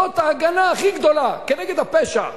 זו ההגנה הכי גדולה כנגד הפשע.